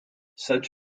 such